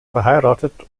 verheiratet